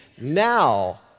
Now